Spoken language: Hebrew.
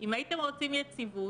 אם הייתם רוצים יציבות